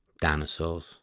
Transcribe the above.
Dinosaurs